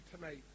tonight